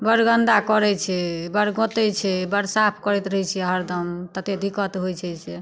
बड़ गन्दा करै छै बड़ गोतै छै बड़ साफ करैत रहै छियै हरदम तत्ते दिक्कत होइ छै से